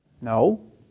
No